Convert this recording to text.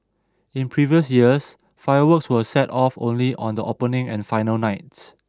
in previous years fireworks were set off only on the opening and final nights